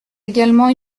également